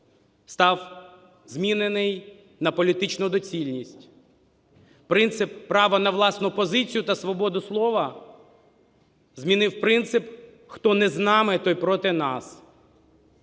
став змінений на політичну доцільність. Принцип права на власну позицію та свободу слова змінив принцип "хто не з нами, той проти нас".